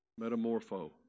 Metamorpho